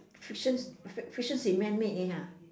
fiction's fiction is a man made eh ah